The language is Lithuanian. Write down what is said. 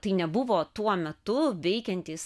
tai nebuvo tuo metu veikiantys